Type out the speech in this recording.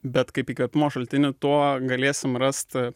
bet kaip įkvėpimo šaltiniu tuo galėsime rasti